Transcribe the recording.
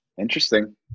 Interesting